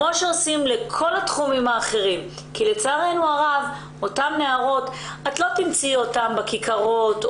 את אותן נערות לא תמצאי בכיכרות,